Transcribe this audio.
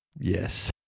Yes